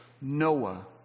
Noah